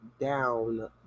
down